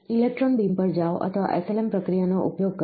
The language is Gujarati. ઇલેક્ટ્રોન બીમ પર જાઓ અથવા SLM પ્રક્રિયાનો ઉપયોગ કરો